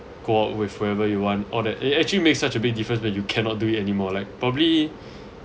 go out with whoever you want all that it actually makes such a big difference when you cannot do it anymore like probably